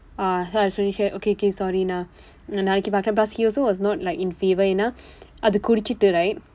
ah so I was pretty shagged okay okay sorry நான் நான் நாளைக்கு வரேன்:naan naan nalaikku varen plus he also was not like in favour ஏன் என்றால் அது குடித்தது:een enraal athu kudiththathu right